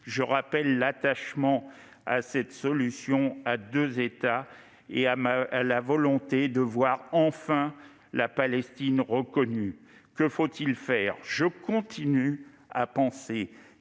je rappelle mon attachement à la solution à deux États et ma volonté de voir enfin la Palestine reconnue. Que faut-il faire ? Je continue de penser